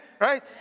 Right